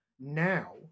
Now